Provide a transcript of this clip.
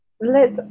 Let